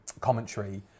commentary